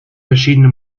verschiedene